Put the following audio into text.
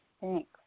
Thanks